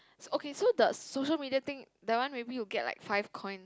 so~ okay so the social media thing that one maybe you get like five coin